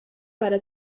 para